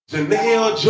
Janelle